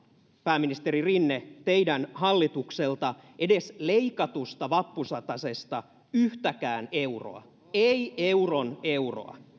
pääministeri rinne teidän hallitukseltanne edes leikatusta vappusatasesta yhtäkään euroa eivät euron euroa